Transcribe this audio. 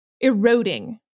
eroding